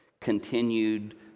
continued